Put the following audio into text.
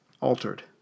altered